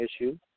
issue